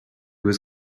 was